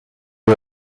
wir